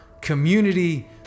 community